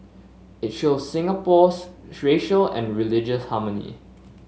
it shows Singapore's racial and religious harmony